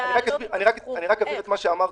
אני רק אבהיר את מה שאמרתי.